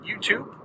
YouTube